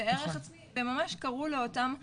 של ביטחון עצמי וערך עצמי וממש קראו לאותם הכשרות,